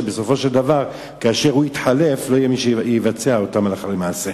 ובסופו של דבר כאשר הוא יתחלף לא יהיה מי שיבצע אותן הלכה למעשה.